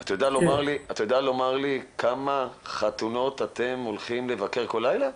אתה יודע לומר לי כמה חתונות אתם הולכים לבקר כל לילה?